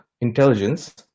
intelligence